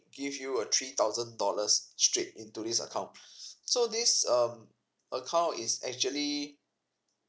give you a three thousand dollars straight into this account so this um account is actually